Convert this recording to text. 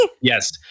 Yes